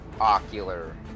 ocular